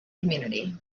community